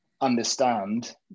understand